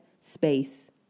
space